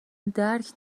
درک